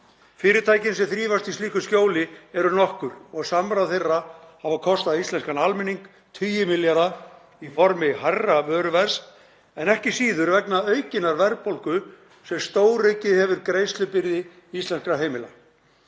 Fyrirtækin sem þrífast í slíku skjóli eru nokkur og samráð þeirra hefur kostað íslenskan almenning tugi milljarða í formi hærra vöruverðs en ekki síður vegna aukinnar verðbólgu sem stóraukið hefur greiðslubyrði íslenskra heimila.